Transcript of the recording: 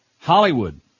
Hollywood